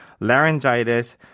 Laryngitis